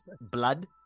blood